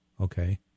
okay